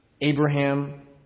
Abraham